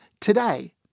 today